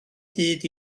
hyd